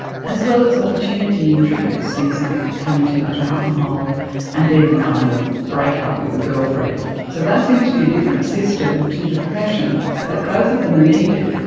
as well as opportunity and triggers, things like having too much alcohol and then the final break-up with a girlfriend. so that seems to be a different system to depression, but both of them are needed.